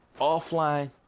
offline